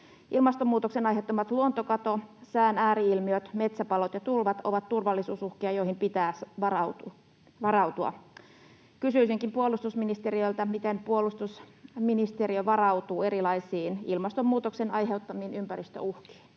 Ilmastonmuutoksen aiheuttamat luontokato, sään ääri-ilmiöt, metsäpalot ja tulvat ovat turvallisuusuhkia, joihin pitää varautua. Kysyisinkin puolustusministeriltä: miten puolustusministeriö varautuu erilaisiin ilmastonmuutoksen aiheuttamiin ympäristöuhkiin?